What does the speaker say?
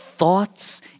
Thoughts